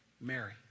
Mary